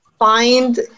Find